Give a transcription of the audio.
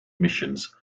missions